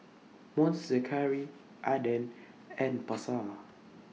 Monster Curry Aden and Pasar